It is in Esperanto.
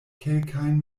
kelkajn